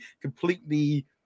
completely